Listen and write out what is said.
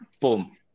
boom